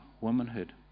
womanhood